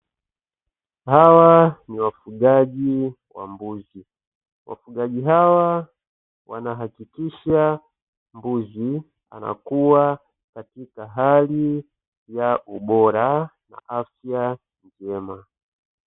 Hawa ni wafugaji wa mbuzi, wafugaji hawa wanahakikisha mbuzi anakuwa katika hali ya ubora na afya njema.